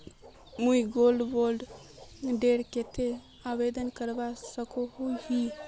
मुई gold bond डेर केते आवेदन करवा सकोहो ही?